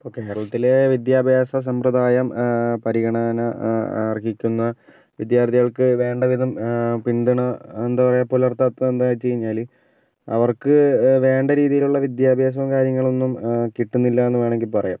ഇപ്പോൾ കേരളത്തിലെ വിദ്യാഭ്യാസ സമ്പ്രദായം പരിഗണന അർഹിക്കുന്ന വിദ്യാർത്ഥികൾക്ക് വേണ്ടവിധം പിന്തുണ എന്താ പറയുക പുലർത്താതെ എന്താ വെച്ച് കഴിഞ്ഞാല് അവർക്ക് വേണ്ട രീതിയിലുള്ള വിദ്യാഭ്യാസവും കാര്യങ്ങളൊന്നും കിട്ടുന്നില്ലാന്ന് വേണമെങ്കിൽ പറയാം